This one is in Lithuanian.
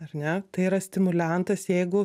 ar ne tai yra stimuliantas jeigu